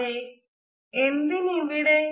അതെ എന്തിനിവിടെ